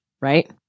right